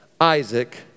Isaac